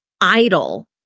idle